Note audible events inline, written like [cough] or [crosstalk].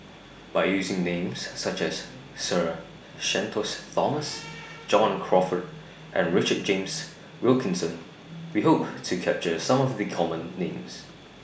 By using Names such as Sir Shenton's Thomas [noise] John Crawfurd and Richard James Wilkinson We Hope to capture Some of The Common Names